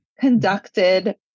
conducted